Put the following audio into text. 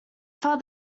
far